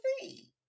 see